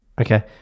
Okay